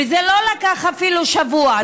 וזה לא לקח אפילו שבוע, דב.